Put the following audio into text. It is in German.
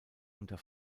unter